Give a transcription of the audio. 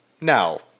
now